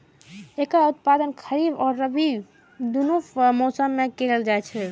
एकर उत्पादन खरीफ आ रबी, दुनू मौसम मे कैल जाइ छै